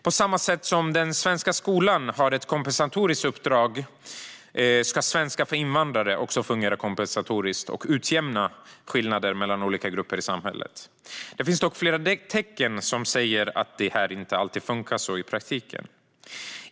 På samma sätt som den svenska skolan har ett kompensatoriskt uppdrag ska svenska för invandrare också fungera kompensatoriskt och utjämna skillnader mellan olika grupper i samhället. Det finns dock flera tecken på att det inte alltid fungerar så i praktiken.